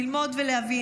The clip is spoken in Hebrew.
ללמוד ולהבין.